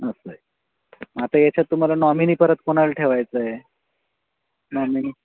असं आहे मग आता याच्यात तुम्हाला नॉमिनी परत कोणाला ठेवायचं आहे नॉमिनी